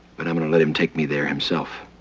but i'm gonna let him take me there himself.